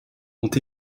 ont